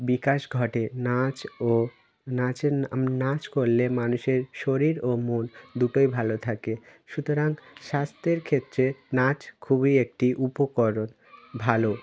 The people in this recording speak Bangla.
বিকাশ ঘটে নাচ ও নাচের নাচ করলে মানুষের শরীর ও মন দুটোই ভালো থাকে সুতরাং স্বাস্থের ক্ষেত্রে নাচ খুবই একটি উপকরণ ভালো